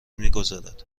میگذارد